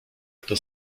kto